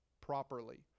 properly